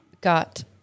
got